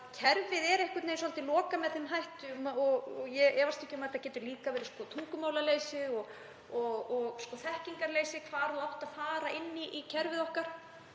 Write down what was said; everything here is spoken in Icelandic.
kerfið er einhvern veginn lokað með þeim hætti. Ég efast ekki um að ástæðan geti líka verið tungumálaleysi og þekkingarleysi á því hvar maður á að fara inn í kerfið okkar.